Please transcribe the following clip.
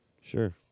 Sure